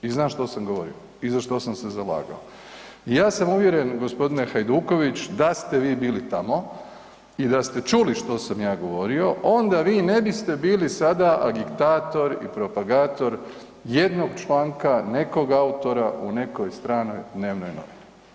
I znam što sam govorio i za što sam se zalagao i ja sam uvjeren, g. Hajduković da ste vi bili tamo, i da ste čuli što sam ja govorio, onda vi ne biste bili sada agitator i propagator jednog članka nekog autora u nekoj stranoj dnevnoj novini.